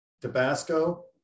Tabasco